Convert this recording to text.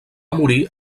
morir